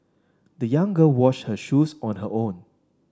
the young girl washed her shoes on her own